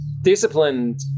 disciplined